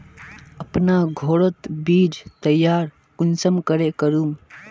अपना घोरोत बीज तैयार कुंसम करे करूम?